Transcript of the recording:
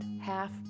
half